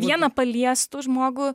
vieną paliestų žmogų